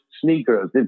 sneakers